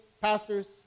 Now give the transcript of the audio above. pastors